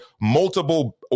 multiple